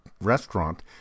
restaurant